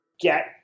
get